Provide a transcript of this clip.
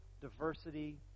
diversity